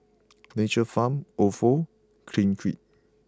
Nature Farm Ofo Clinique